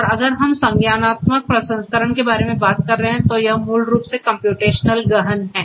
और अगर हम संज्ञानात्मक प्रसंस्करण के बारे में बात कर रहे हैं तो यह मूल रूप से कम्प्यूटेशनल गहन है